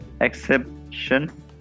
exception